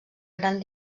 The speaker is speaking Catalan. gran